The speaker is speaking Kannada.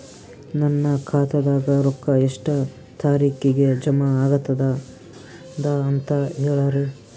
ನನ್ನ ಖಾತಾದಾಗ ರೊಕ್ಕ ಎಷ್ಟ ತಾರೀಖಿಗೆ ಜಮಾ ಆಗತದ ದ ಅಂತ ಹೇಳರಿ?